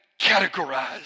categorized